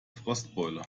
frostbeule